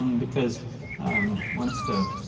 um because once the,